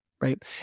Right